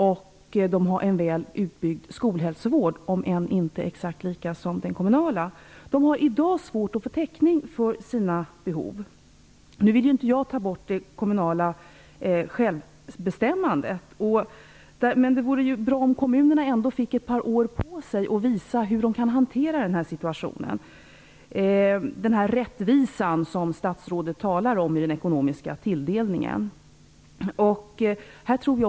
Dessa skolor har en väl utbyggd skolhälsovård, även om den kanske inte är exakt likadan som hälsovården i den kommunala skolan. Waldorfskolorna har i dag svårt att få täckning för sina behov. Jag vill inte ta bort det kommunala självbestämmandet, men det vore bra om kommunerna fick ett par år på sig för att visa hur de kan hantera den här situationen och åstadkomma den rättvisa i den ekonomiska tilldelningen som statsrådet talar om.